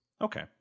Okay